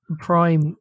Prime